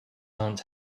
aren’t